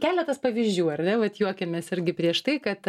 keletas pavyzdžių ar ne vat juokėmės irgi prieš tai kad